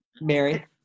Mary